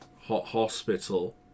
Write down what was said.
hospital